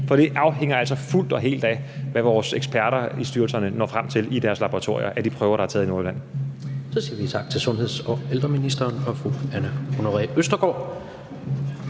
for det afhænger fuldt og helt af, hvad vores eksperter i styrelserne når frem til i deres laboratorier i forhold til de prøver, der er taget i Nordjylland. Kl. 16:09 Tredje næstformand (Jens Rohde): Så siger vi tak til sundheds- og ældreministeren og fru Anne Honoré Østergaard.